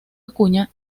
acuña